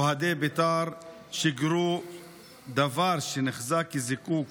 אוהדי בית"ר שיגרו דבר שנחזה כזיקוק